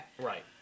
Right